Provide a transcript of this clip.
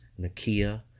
Nakia